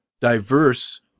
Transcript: diverse